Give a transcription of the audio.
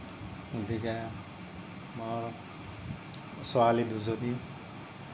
গতিকে মোৰ ছোৱালী দুজনী